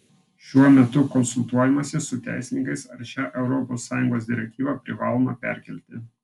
šiuo metu konsultuojamasi su teisininkais ar šią europos sąjungos direktyvą privaloma perkelti